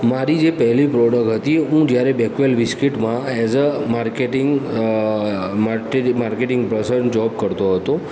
મારી જે પહેલી પ્રોડક્ટ હતી હું જ્યારે બેકવેલ બિસ્કીટમાં એઝ અ માર્કેટિંગ મારટે માર્કેટિંગ બ્રોસરની જોબ કરતો હતો